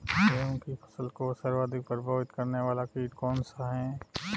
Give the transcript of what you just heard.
गेहूँ की फसल को सर्वाधिक प्रभावित करने वाला कीट कौनसा है?